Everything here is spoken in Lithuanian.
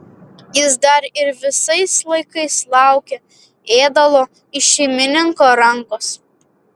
jis dar ir visais laikais laukė ėdalo iš šeimininko rankos